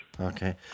Okay